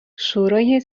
شورای